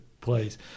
place